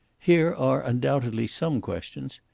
here are undoubtedly some questions.